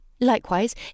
Likewise